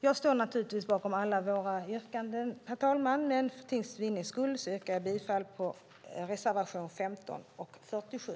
Jag står naturligtvis bakom alla våra yrkanden, herr talman, men för tids vinnande yrkar jag bifall till endast reservationerna 15 och 47.